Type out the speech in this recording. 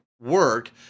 work